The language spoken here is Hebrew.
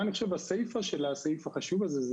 אני חושב בסייפה של הסעיף החשוב הזה,